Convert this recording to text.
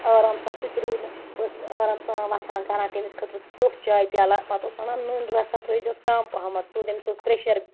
آرام سان سُتہِ روٗد نہٕ بہٕ ٲسٕس آرام سان وۄتھان کَران تممِس خٲطرٕ ٹیوٚٹھ چاے پِیالَہ پَتہٕ اوس وَنان نُن رَژھا ترٛٲے زِیس کَم پَہَمَتھ سُہ تٔمِس اوس پرٚیشِر